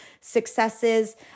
successes